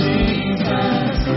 Jesus